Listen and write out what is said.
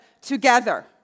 together